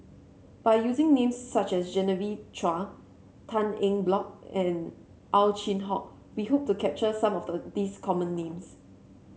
by using names such as Genevieve Chua Tan Eng Bock and Ow Chin Hock we hope to capture some of the these common names